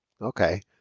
Okay